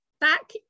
back